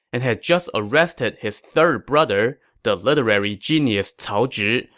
and had just arrested his third brother, the literary genius cao zhi,